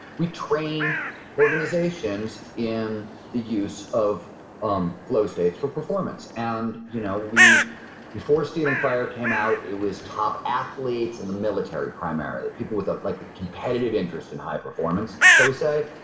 we train organizations in the use of um flow states for performance. and you know before stealing fire came out it was top athletes and the military primarily. people with ah like competitive interest in high performance shall we say.